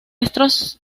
estos